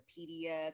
Wikipedia